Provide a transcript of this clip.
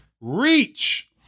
Reach